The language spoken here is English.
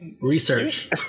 Research